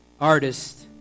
artist